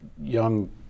young